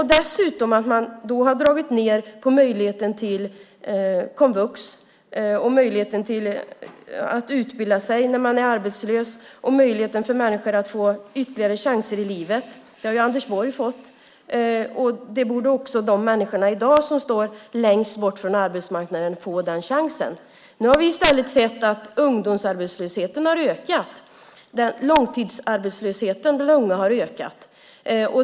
Dessutom har ni dragit ned på möjligheten till komvux, möjligheten att utbilda sig när man är arbetslös och möjligheten för människor att få ytterligare chanser i livet. Det har ju Anders Borg fått. Det borde också de människor som i dag står längst bort från arbetsmarknaden få. Nu har vi i stället sett att ungdomsarbetslösheten har ökat. Den långa långtidsarbetslösheten har ökat.